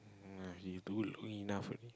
he do do enough already